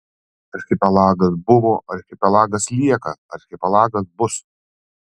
archipelagas buvo archipelagas lieka archipelagas bus